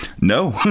No